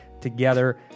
together